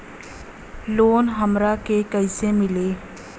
Loan हमरा के कईसे मिली?